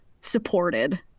supported